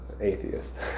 atheist